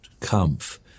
Kampf